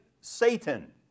Satan